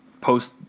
post